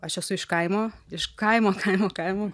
aš esu iš kaimo iš kaimo kaimo kaimo